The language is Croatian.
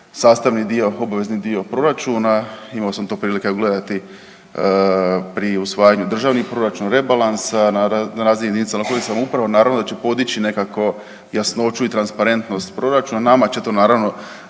sastavni dio, obavezni dio proračuna. Imao sam to prilike gledati pri usvajanju državnih proračuna, rebalansa na razini JLS, naravno da će podići nekako jasnoću i transparentnost proračuna. Nama će to naravno